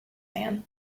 man